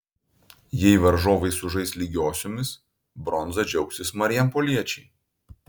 jei varžovai sužais lygiosiomis bronza džiaugsis marijampoliečiai